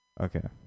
Okay